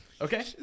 Okay